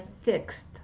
fixed